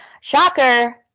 shocker